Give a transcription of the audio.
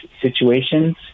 situations